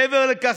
מעבר לכך,